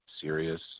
serious